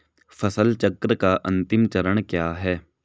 फसल चक्र का अंतिम चरण क्या है?